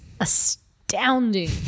astounding